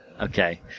Okay